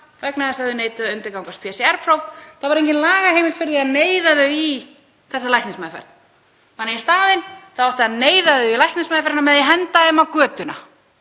vegna þess að þau neituðu að undirgangast PCR-próf. Það var engin lagaheimild fyrir því að neyða þau í þessa læknismeðferð þannig að í staðinn átti að neyða þau í læknismeðferðina með því að henda þeim á götuna.